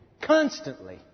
constantly